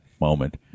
moment